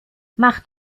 mach